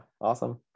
awesome